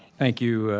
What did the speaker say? thank you,